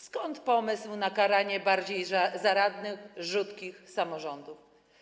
Skąd pomysł na karanie bardziej zaradnych, rzutkich samorządów?